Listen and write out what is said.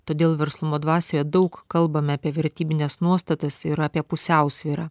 todėl verslumo dvasioje daug kalbame apie vertybines nuostatas ir apie pusiausvyrą